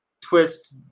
twist